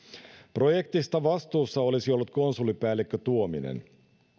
projektista vastuussa olisi ollut konsulipäällikkö tuominen